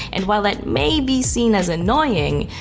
and while that may be seen as annoying,